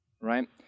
right